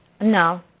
No